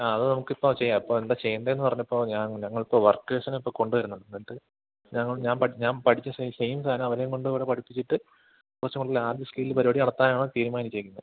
ആ അത് നമുക്ക് ഇപ്പം ചെയ്യാൻ ഇപ്പം എന്താണ് ചെയ്യണ്ടതെന്ന് പറഞ്ഞപ്പോൾ ഞാൻ ഞങ്ങൾ ഇപ്പം വർക്കേഴ്സിനെ ഇപ്പം കൊണ്ടു വരണമെന്നുണ്ട് എന്നിട്ട് ഞങ്ങൾ പഠിച്ച സെയിം സാധനം അവരെയും കൊണ്ടു കൂടെ പഠിപ്പിച്ചിട്ട് കുറച്ചും കൂടെ ലാർജ് സ്കിൽ പരിപാടി നടത്താനാണ് തീരുമാനിച്ചേക്കുന്നത്